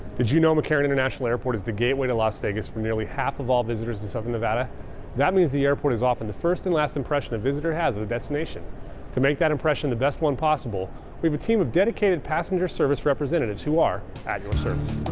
did you know mccarran international airport is the gateway to las vegas from nearly half of all visitors to southern nevada that means the airport is often the first and last impression a visitor has a destination to make that impression the best one possible we've a team of dedicated passenger service representatives who are at your service